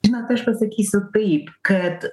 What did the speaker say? žinot aš pasakysiu taip kad